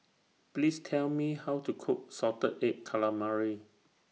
Please Tell Me How to Cook Salted Egg Calamari